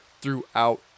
throughout